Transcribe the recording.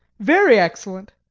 very excellent!